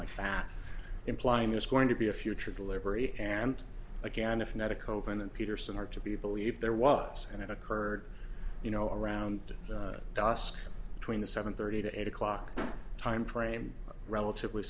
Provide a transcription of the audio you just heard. like that implying it's going to be a future delivery and again if not a coven and peterson are to be believed there was and it occurred you know around dusk tween the seven thirty to eight o'clock timeframe relatively